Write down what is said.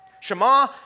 Shema